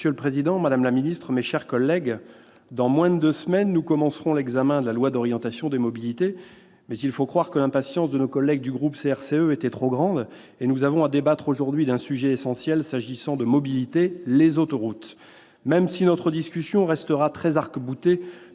Monsieur le président, madame la ministre, mes chers collègues, dans moins de deux semaines, nous commencerons l'examen du projet de loi d'orientation des mobilités. Pourtant, il faut croire que l'impatience de nos collègues du groupe CRCE était trop grande, puisque nous avons à débattre aujourd'hui d'un sujet essentiel s'agissant de mobilités, les autoroutes, même si notre discussion reste très arc-boutée